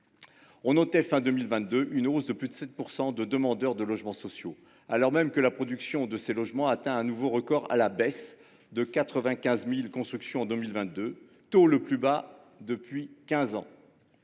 On notait, à la fin de 2022, une hausse de plus de 7 % des demandeurs de logements sociaux, alors même que leur production a atteint un nouveau record à la baisse de 95 000 constructions en 2022, le niveau le plus bas depuis quinze